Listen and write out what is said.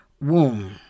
womb